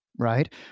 Right